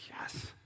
yes